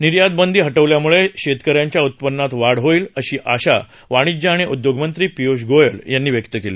निर्यातबंदी हटवल्यामुळे शेतकऱ्यांच्या उत्पन्नात वाढ होईल अशी आशा वाणिज्य आणि उदयोगमंत्री पियुष गोयल यांनी व्यक्त केली